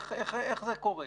איך זה קורה,